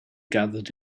gathered